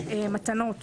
אל תגנבי לפרופ'